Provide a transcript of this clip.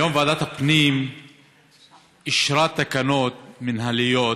היום ועדת הפנים אישרה תקנות מינהליות,